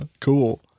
Cool